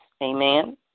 Amen